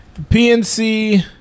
PNC